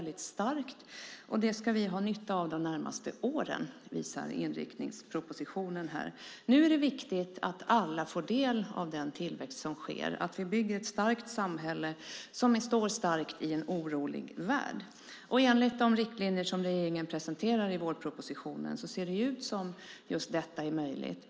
Det kommer vi att ha nytta av de närmaste åren, visar inriktningspropositionen. Det är viktigt att alla får del av tillväxten och att vi bygger ett starkt samhälle som står stadigt i en orolig värld. Enligt de riktlinjer som regeringen presenterade i vårpropositionen ser detta ut att vara möjligt.